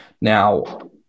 now